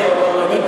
מאחוריכם?